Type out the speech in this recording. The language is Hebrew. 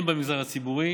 הן במגזר הציבורי